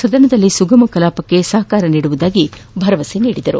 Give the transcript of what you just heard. ಸದನದಲ್ಲಿ ಸುಗಮ ಕಲಾಪಕ್ಕೆ ಸಹಕರಿಸುವುದಾಗಿ ಭರವಸೆ ನೀಡಿದರು